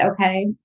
okay